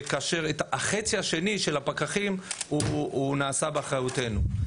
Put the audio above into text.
כאשר החצי השני של הפקחים נעשה באחריותנו.